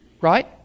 Right